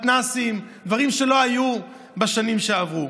מתנ"סים, דברים שלא היו בשנים שעברו.